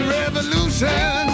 revolution